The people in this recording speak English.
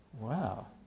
Wow